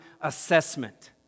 assessment